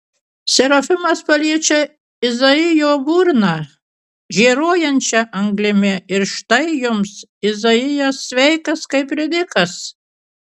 serafimas paliečia izaijo burną žėruojančia anglimi ir štai jums izaijas sveikas kaip ridikas